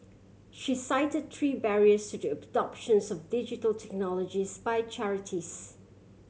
she cite three barriers to the adoption so Digital Technologies by charities